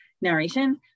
narration